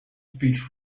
speech